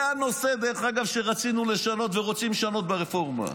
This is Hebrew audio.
זה הנושא שרצינו לשנות ורוצים לשנות ברפורמה.